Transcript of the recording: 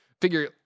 figure